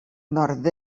nord